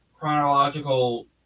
chronological